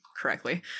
correctly